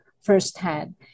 firsthand